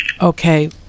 Okay